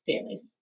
families